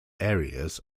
areas